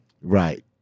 Right